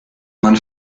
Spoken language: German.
man